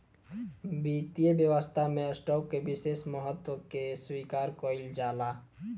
वित्तीय व्यवस्था में स्टॉक के विशेष महत्व के स्वीकार कईल जाला